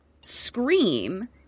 scream